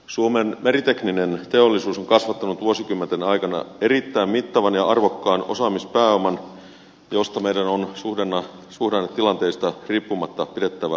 suomen meritekninen teollisuus on kasvattanut vuosikymmenten aikana erittäin mittavan ja arvokkaan osaamispääoman josta meidän on suhdannetilanteista riippumatta pidettävä hyvää huolta